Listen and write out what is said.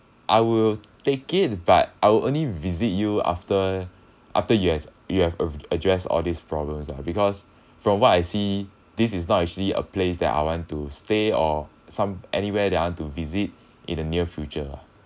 I will take it but I'll only visit you after after you has you have a~ address all these problems ah because from what I see this is not actually a place that I want to stay or some anywhere that I want to visit in the near future ah